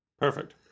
Perfect